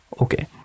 Okay